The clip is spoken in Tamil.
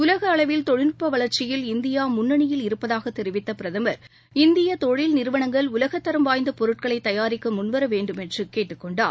உலகஅளவில் தொழில்நுட்பவளர்ச்சியில் இந்தியாமுன்னணியில் இருப்பதாகத் தெரிவித்தபிரதமர் இந்தியதொழில் நிறுவனங்கள் உலகத்தரம் வாய்ந்தடொருட்களைதயாரிக்கமுன்வரவேண்டுமென்றுகேட்டுக் கெண்டார்